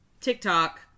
TikTok